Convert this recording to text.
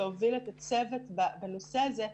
שהוביל את הצוות בנושא הזה,